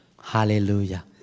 hallelujah